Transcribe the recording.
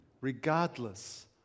regardless